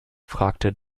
fragte